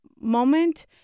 moment